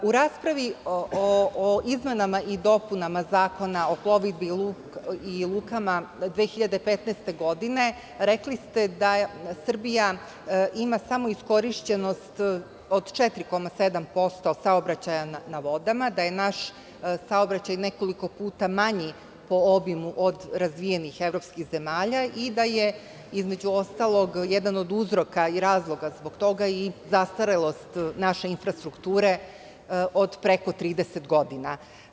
U raspravi o izmenama i dopunama Zakona o plovidbi i lukama 2015. godine rekli ste da Srbija ima samo iskorišćenost od 4,7% saobraćaja na vodama, da je naš saobraćaj nekoliko puta manji po obimu od razvijenih evropskih zemalja i da je, između ostalog, jedan od uzroka i razloga zbog toga i zastarelost naše infrastrukture od preko 30 godina.